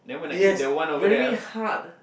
yea very hard